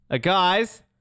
guys